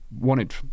wanted